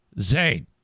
Zane